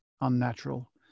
unnatural